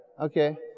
okay